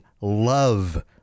love